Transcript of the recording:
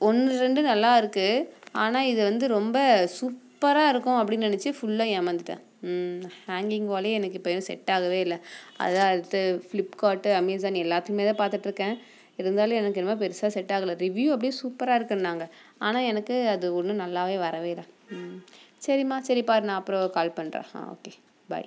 ஒன்று ரெண்டு நல்லாயிருக்கு ஆனால் இதை வந்து ரொம்ப சூப்பராக இருக்கும் அப்படின்னு நினச்சி ஃபுல்லாக ஏமாந்துவிட்டேன் ம் ஹாங்கிங் வால்லே எனக்கு இப்போ எதுவும் செட் ஆகவே இல்லை அதுதான் அடுத்து ஃப்ளிப்கார்ட்டு அமேசான் எல்லாத்துலேயுமே தான் பார்த்துட்ருக்கேன் இருந்தாலும் எனக்கு என்னமோ பெருசாக செட் ஆகலை ரிவ்யூ அப்டி சூப்பராக இருக்குதுன்னாங்க ஆனால் எனக்கு அது ஒன்றும் நல்லாவே வரவே இல்லை ம் சரிம்மா சரி பார் நான் அப்புறம் கால் பண்ணுறேன் ஆ ஓகே பை